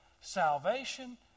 salvation